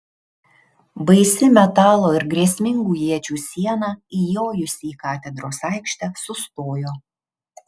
baisi metalo ir grėsmingų iečių siena įjojusi į katedros aikštę sustojo